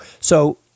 So-